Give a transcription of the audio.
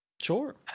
Sure